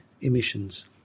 emissions